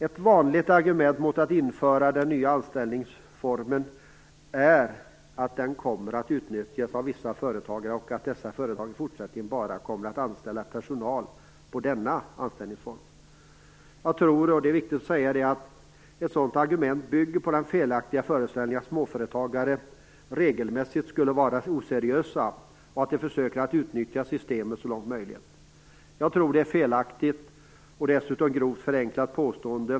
Ett vanligt argument mot att införa den nya anställningsformen är att den kommer att utnyttjas av vissa företagare, och att vissa företag i fortsättningen bara kommer att anställa personal med denna anställningsform. Detta augment bygger på den felaktiga föreställningen att småföretagare regelmässigt skulle vara oseriösa och att de försöker utnyttja systemet så långt möjligt. Jag tror att det är felaktigt och dessutom grovt förenklat att påstå detta.